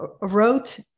wrote